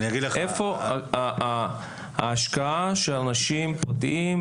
איפה ההשקעה של אנשים פרטיים,